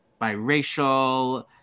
biracial